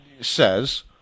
says